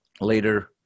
later